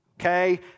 Okay